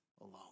alone